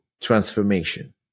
transformation